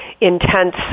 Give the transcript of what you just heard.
intense